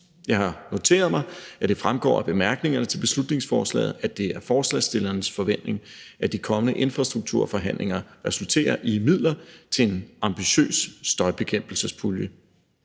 Jeg har noteret mig, at det fremgår af bemærkningerne til beslutningsforslaget, at det er forslagsstillernes forventning, at de kommende infrastrukturforhandlinger resulterer i midler til en ambitiøs støjbekæmpelsespulje.